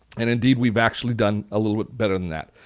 and indeed, we've actually done a little bit better than that.